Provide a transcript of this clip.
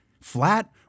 Flat